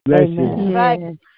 Amen